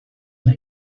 wnei